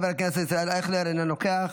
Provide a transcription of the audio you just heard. חבר הכנסת ישראל אייכלר, אינו נוכח,